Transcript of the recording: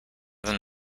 than